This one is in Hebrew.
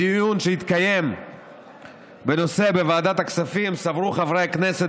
בדיון שהתקיים בנושא בוועדת הכספים סברו חברי הכנסת